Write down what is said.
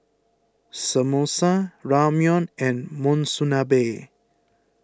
Samosa Ramyeon and Monsunabe